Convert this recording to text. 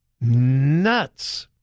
nuts